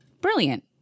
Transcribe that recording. Brilliant